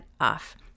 off